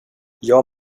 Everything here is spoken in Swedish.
jag